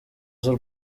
z’u